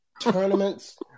tournaments